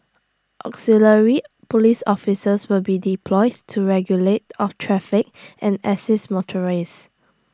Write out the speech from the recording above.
auxiliary Police officers will be deployed to regulate of traffic and assist motorists